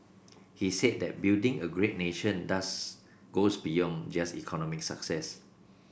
he said that building a great nation does goes beyond just economic success